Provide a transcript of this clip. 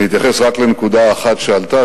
אני אתייחס רק לנקודה אחת שעלתה,